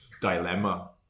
dilemma